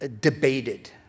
debated